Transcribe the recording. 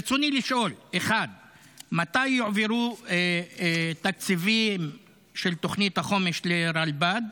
ברצוני לשאול: 1. מתי יועברו תקציבים של תוכנית החומש לרלב"ד?